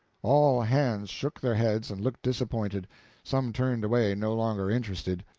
all hands shook their heads and looked disappointed some turned away, no longer interested.